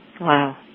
Wow